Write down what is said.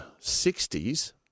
60s